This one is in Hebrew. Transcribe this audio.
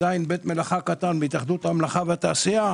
אם אני עדיין בית מלאכה קטן בהתאחדות המלאכה והתעשייה,